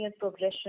progression